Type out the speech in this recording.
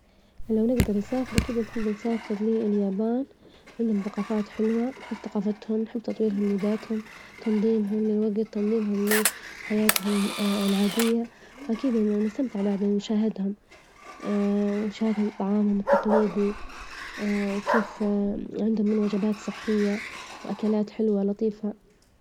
لو نجدر نسافر أكيد نحب نسافر لليابان، عندهم ثجافات حلوة، نحب ثجافتهم، نحب تطويرهم لذاتهم، تنظيمهم للوجت تنظيمهم لحياتهم العادية، وأكيد أنا نسمت على إن نشاهدهم ونشاهدهم طعامهم التقليدي، وكيف عندهم من وجبات صحية، وأكلات حلوة لطيفة.